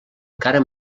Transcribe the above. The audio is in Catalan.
encara